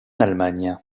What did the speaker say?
allemagne